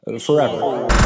forever